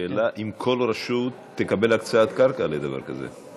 השאלה היא: האם כל רשות תקבל הקצאת קרקע לדבר כזה?